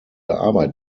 arbeit